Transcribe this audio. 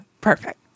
perfect